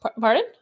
pardon